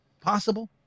possible